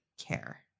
care